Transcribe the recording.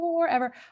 forever